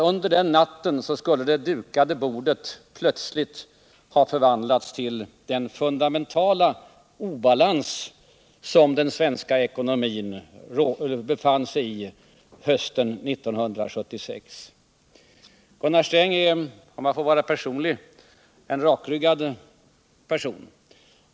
Under den natten skulle alltså det dukade bordet plötsligt ha förvandlats till den fundamentala obalans som den svenska ekonomin befann sig i hösten 1976. Gunnar Sträng är, om jag får vara personlig, en rakryggad person.